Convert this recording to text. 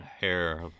hair